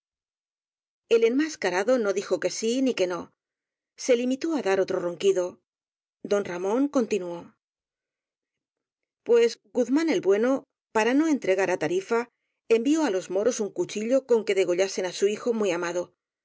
el enmascarado no dijo que sí ni que no se limitó á dar otro ronquido don ramón con tinuó p uesq uzm án el bueno para no entregará tarifa envió á los moros un cuchillo con que degollasen á su hijo muy amado los